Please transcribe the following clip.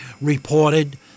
reported